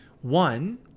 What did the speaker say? One